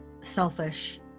selfish